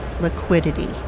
liquidity